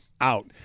out